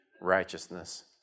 Righteousness